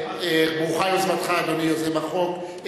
ברוכה יוזמתך, אדוני יוזם החוק.